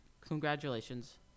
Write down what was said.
Congratulations